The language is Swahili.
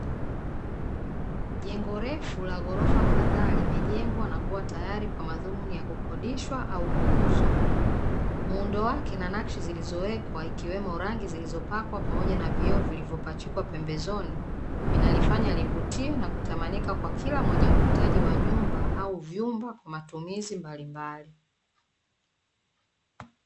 Jengo refu la ghorofa kadhaa limejengwa na kuwa tayari kwa madhumini ya kukodishwa au kuuzwa, muundo wake na nakshi zilizowekwa ikiwemo rangi zilizopakwa pamoja na vioo vilivyopachikwa pembeni vinalifanya livutie na kutamanika kwa kila mwenye huitaji wa nyumba au vyumba kwa matumizi mbalimbali.